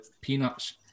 peanuts